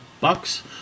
bucks